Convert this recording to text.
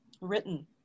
written